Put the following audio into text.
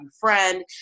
Friend